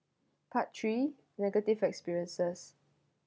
part three negative experiences